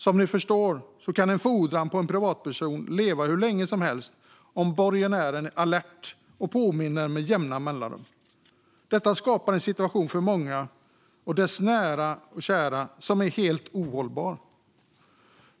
Som ni förstår kan en fordran på en privatperson leva hur länge som helst om borgenären är alert och påminner med jämna mellanrum. Detta skapar en situation för många och deras nära och kära som är helt ohållbar.